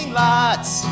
lots